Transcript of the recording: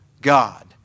God